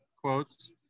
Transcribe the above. quotes